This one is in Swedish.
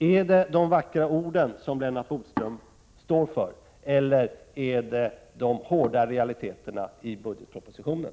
Är det.de vackra orden som Lennart Bodström står för, eller är det de hårda realiteterna i budgetpropositionen?